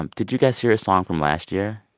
um did you guys hear his song from last year?